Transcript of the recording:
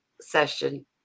session